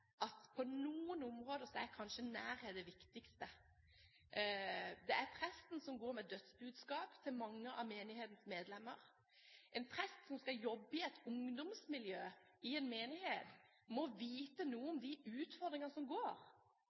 viktigste. Det er presten som går med dødsbudskap til mange av menighetens medlemmer. Prester som skal jobbe i et ungdomsmiljø i en menighet, må vite noe om de utfordringer som